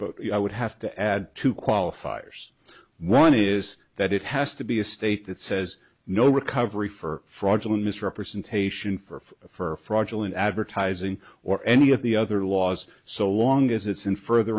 i would have to add two qualifiers one is that it has to be a state that says no recovery for fraudulent misrepresentation for fraudulent advertising or any of the other laws so long as it's in further